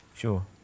Sure